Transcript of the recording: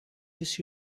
just